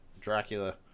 Dracula